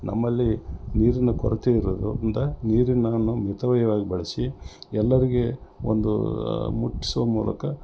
ನಮ್ಮಲ್ಲಿ ನೀರಿನ ಕೊರತೆಯಿರೋದು ಇಂದ ನೀರಿನ ಮಿತವ್ಯಯವಾಗಿ ಬಳಸಿ ಎಲ್ಲರಿಗೆ ಒಂದು ಮುಟ್ಟಿಸುವ ಮೂಲಕ